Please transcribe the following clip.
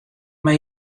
mei